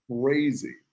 crazy